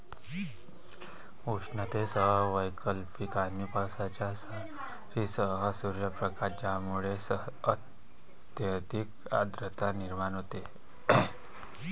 उष्णतेसह वैकल्पिक आणि पावसाच्या सरींसह सूर्यप्रकाश ज्यामुळे अत्यधिक आर्द्रता निर्माण होते